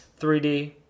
3D